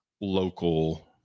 local